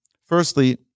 Firstly